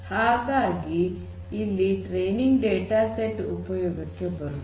ಹಾಗಾಗಿ ಇಲ್ಲಿ training data set ಉಪಯೋಗಕ್ಕೆ ಬರುತ್ತದೆ